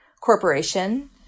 corporation